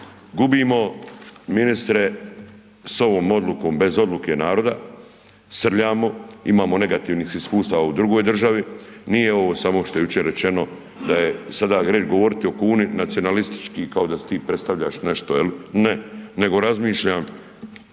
gubimo ministre s ovom odlukom bez odluke naroda, srljamo. Imamo negativnih iskustava u drugoj državi, nije ovo samo što je jučer rečeno da je sada … govoriti o kuni nacionalistički kao da ti predstavljaš nešto jel, ne nego razmišljam